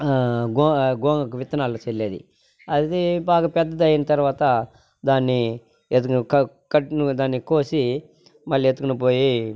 గోగాకు విత్తనాలు చల్లేది అది బాగ పెద్దదైన తర్వాత దాన్ని ఏదన్న క కట్ దాన్ని కోసి మళ్లీ ఎత్తుకొని పోయి